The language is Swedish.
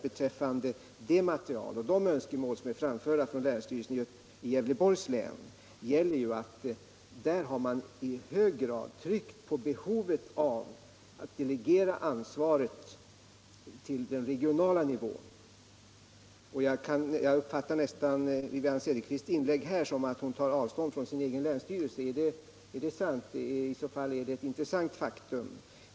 Beträffande de önskemål som framförts från länsstyrelsen i Gävleborgs län gäller att man i hög grad har tryckt på behovet av att delegera ansvaret till den regionala nivån. Jag uppfattar Wivi-Anne Cederqvists inlägg här nästan som om hon tar avstånd från sin egen länsstyrelse. Om detta är riktigt, är det ett intressant faktum.